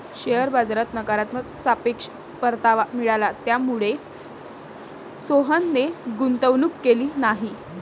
share बाजारात नकारात्मक सापेक्ष परतावा मिळाला, त्यामुळेच सोहनने गुंतवणूक केली नाही